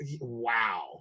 Wow